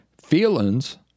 feelings